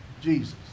Jesus